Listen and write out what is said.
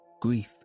grief